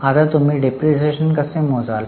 आता तुम्ही डिप्रीशीएशन कसे मोजाल